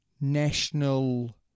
national